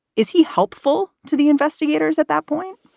is he helpful to the investigators at that point?